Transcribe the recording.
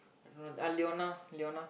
I don't know uh Leona Leona